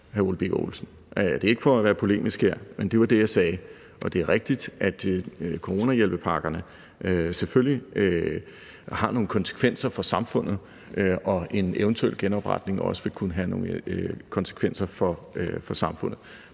Det er ikke for at være polemisk her, men det var det, jeg sagde. Det er rigtigt, at coronahjælpepakkerne selvfølgelig har nogle konsekvenser for samfundet, og at en eventuel genopretning også vil kunne have nogle konsekvenser for samfundet.